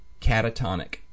catatonic